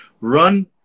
Run